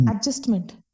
adjustment